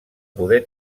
poder